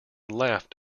left